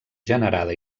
generada